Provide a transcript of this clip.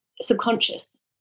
subconscious